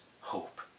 hope